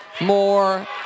more